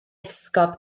esgob